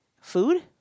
food